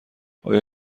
آیا